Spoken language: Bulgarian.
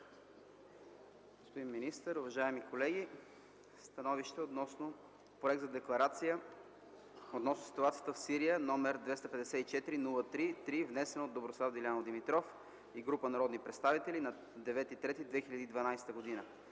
Господин министър, уважаеми колеги! „СТАНОВИЩЕ относно Проект за декларация относно ситуацията в Сирия, № 254-03-3, внесен от Доброслав Дилянов Димитров и група народни представители на 9 март 2012 г.